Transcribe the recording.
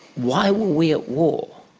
why were we at war?